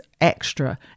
extra